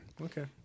okay